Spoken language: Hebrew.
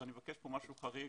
ואני מבקש כאן משהו חריג